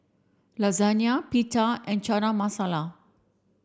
Lasagna Pita and Chana Masala